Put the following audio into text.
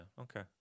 Okay